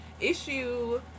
issue